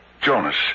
Jonas